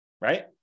Right